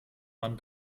man